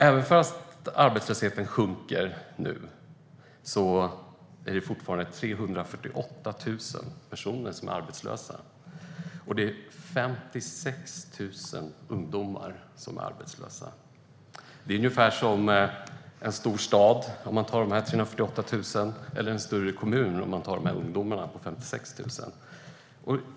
Även om arbetslösheten sjunker nu är det fortfarande 348 000 personer som är arbetslösa, och det är 56 000 ungdomar som är arbetslösa. De 348 000 är ungefär som en större stad, och de 56 000 ungdomarna är som en stor kommun.